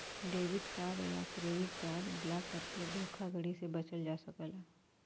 debit card या credit card block करके धोखाधड़ी से बचल जा सकला